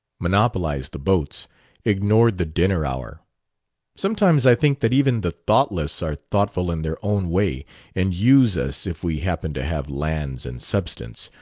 monopolized the boats ignored the dinner-hour. sometimes i think that even the thoughtless are thoughtful in their own way and use us, if we happen to have lands and substance,